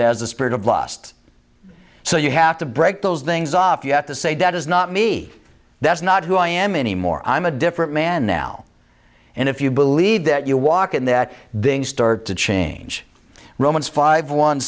a spirit of lust so you have to break those things off you have to say that is not me that's not who i am anymore i'm a different man now and if you believe that you walk in that then you start to change romans five one